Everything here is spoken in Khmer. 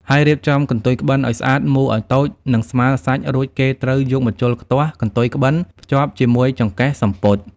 ហើយរៀបចំកន្ទុយក្បិនឲ្យស្អាតមូរឲ្យតូចនិងស្មើរសាច់រួចគេត្រូវយកម្ជុលខ្ទាស់កន្ទុយក្បិនភ្ជាប់ជាមួយចង្កេះសំពត់។